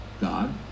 God